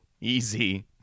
easy